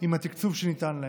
עם התקצוב שניתן להם.